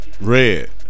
Red